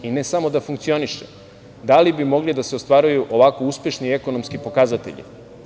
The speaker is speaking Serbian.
I ne samo da funkcioniše, da li bi mogli da se ostvaruju ovako uspešni ekonomski pokazatelji?